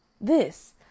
This